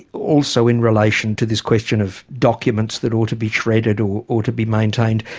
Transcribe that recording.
also in relation to this question of documents that ought to be shredded or or to be maintained,